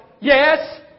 Yes